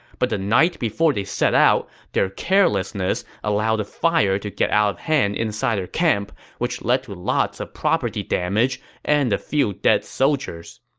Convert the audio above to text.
but the night before they set out, their carelessness allowed a fire to get out of hand inside their camp, which led to lots of property damage and a few dead soldiers.